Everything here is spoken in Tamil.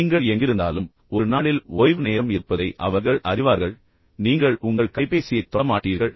நீங்கள் எங்கிருந்தாலும் ஒரு நாளில் ஓய்வு நேரம் இருப்பதை அவர்கள் அறிவார்கள் நீங்கள் உங்கள் கைபேசியைத் தொட மாட்டீர்கள்